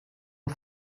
man